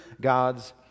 God's